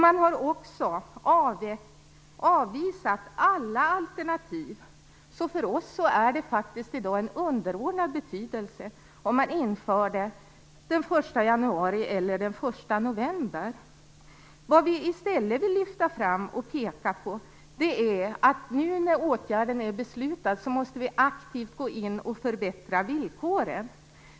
Man har också avvisat alla alternativ, så för oss är det av underordnad betydelse om man inför det den 1 januari eller den 1 november. När nu åtgärden redan är bestämd, måste vi aktivt gå in och förbättra villkoren.